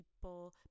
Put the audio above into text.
people